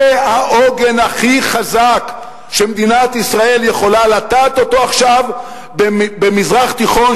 זה העוגן הכי חזק שמדינת ישראל יכולה לטעת עכשיו במזרח תיכון,